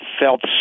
felt